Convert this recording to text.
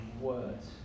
words